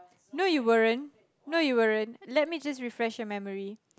no you weren't no you weren't let me just refresh your memory